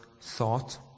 thought